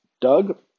Doug